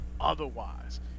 Otherwise